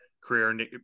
career